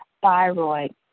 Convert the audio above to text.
thyroid